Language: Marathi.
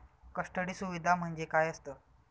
कस्टडी सुविधा म्हणजे काय असतं?